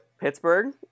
pittsburgh